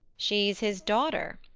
she's his daughter.